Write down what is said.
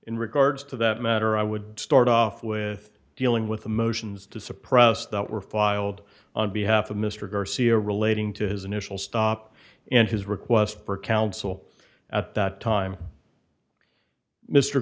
in regards to that matter i would start off with dealing with the motions to suppress that were filed on behalf of mr garcia relating to his initial stop and his request for counsel at that time mr